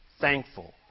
thankful